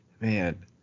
man